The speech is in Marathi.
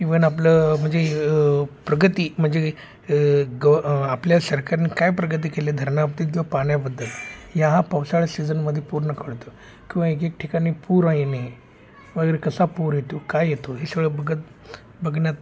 इव्हन आपलं म्हणजे प्रगती म्हणजे गव आपल्या सरकारने काय प्रगती केले धरणाबाबतीत किंवा पाण्याबद्दल या पावसाळा सीझनमध्ये पूर्ण कळतं किंवा एक एक ठिकाणी पूर हा येणे वगैरे कसा पूर येतो का येतो हे सगळं बघत बघण्यात